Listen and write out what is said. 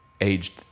aged